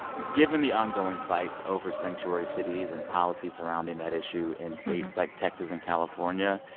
given the ongoing fights over sanctuary cities and policies surrounding that issue in states like texas and california,